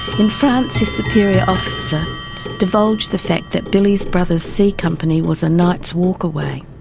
in france his superior officer divulged the fact that billy's brother's c company was a night's walk away.